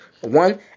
one